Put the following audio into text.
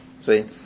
See